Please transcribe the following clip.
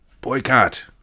Boycott